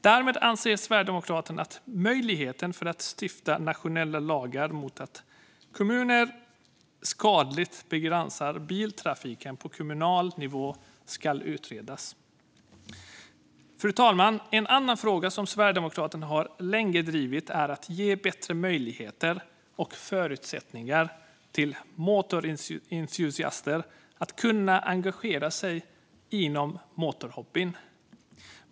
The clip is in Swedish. Därmed anser Sverigedemokraterna att möjligheten att stifta nationella lagar mot att kommuner skadligt begränsar biltrafiken på kommunal nivå ska utredas. Fru talman! En annan fråga som Sverigedemokraterna länge har drivit är att ge bättre möjligheter och förutsättningar för motorentusiaster att engagera sig inom motorhobbyn.